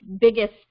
biggest